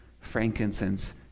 frankincense